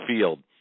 field